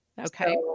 Okay